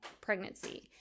pregnancy